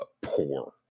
poor